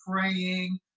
praying